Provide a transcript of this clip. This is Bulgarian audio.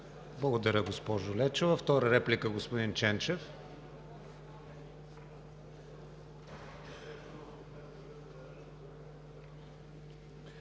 Благодаря, госпожо Лечева. Втора реплика – господин Ченчев.